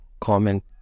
comment